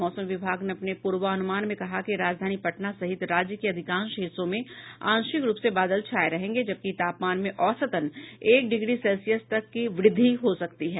मौसम विभाग ने अपने पूर्वानुमान में कहा है कि राजधानी पटना सहित राज्य के अधिकांश हिस्सों में आंशिक रूप से बादल छाये रहेंगे जबकि तापमान में औसतन एक डिग्री सेल्सियस तक की वृद्धि हो सकती है